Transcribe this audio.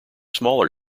smaller